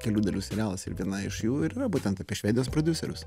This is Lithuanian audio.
kelių dalių serialas ir viena iš jų yra būtent apie švedijos prodiuserius